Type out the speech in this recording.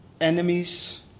enemies